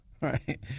Right